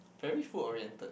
very food oriented